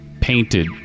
painted